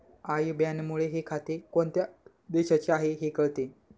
I बॅनमुळे हे खाते कोणत्या देशाचे आहे हे कळते